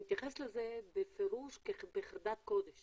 אני מתכבדת לפתוח את ישיבת ועדת המדע והטכנולוגיה.